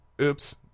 Oops